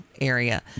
area